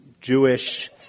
Jewish